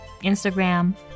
Instagram